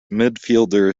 midfielder